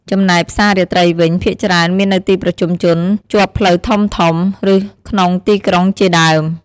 ចំណែកផ្សាររាត្រីវិញ ភាគច្រើនមាននៅទីប្រជុំជនជាប់ផ្លូវធំៗ ឬក្នុងទីក្រុងជាដើម។